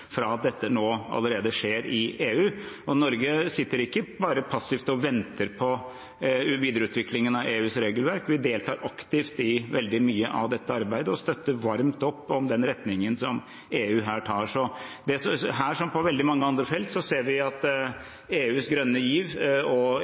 at dette nå allerede skjer i EU. Norge sitter ikke bare passivt og venter på videreutviklingen av EUs regelverk; vi deltar aktivt i veldig mye av dette arbeidet og støtter varmt opp om den retningen EU her tar. Her, som på veldig mange andre felt, ser vi at